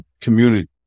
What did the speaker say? community